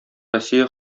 россия